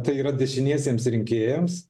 tai yra dešiniesiems rinkėjams